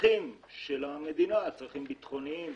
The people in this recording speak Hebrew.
צרכים של המדינה: צרכים ציוניים,